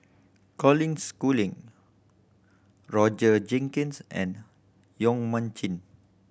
Colin Schooling Roger Jenkins and Yong Mun Chee